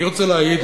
אני רוצה להעיד,